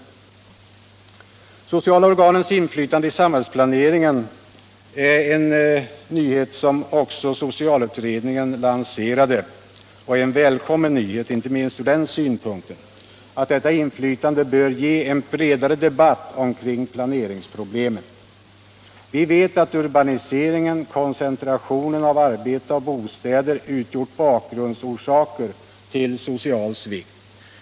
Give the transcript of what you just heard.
De sociala organens inflytande i samhällsplaneringen är en nyhet som också socialutredningen lanserade, och en välkommen nyhet, inte minst ur den synpunkten att detta inflytande bör ge en bredare debatt omkring planeringsproblemen. Vi vet att urbaniseringen, koncentrationen av arbete och bostäder, utgjort bakgrundsorsaker till social svikt.